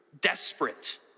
desperate